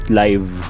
live